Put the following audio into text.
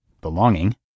belonging